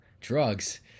drugs